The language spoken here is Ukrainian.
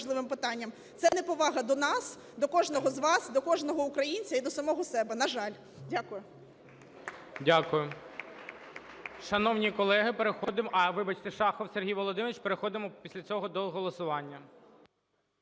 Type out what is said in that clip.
це неповага до нас, до кожного з вас, до кожного українця і до самого себе. На жаль. Дякую.